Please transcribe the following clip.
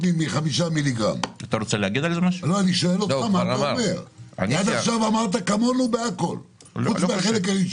מבחינתי שכולם יעברו למים, הכול טוב ויפה.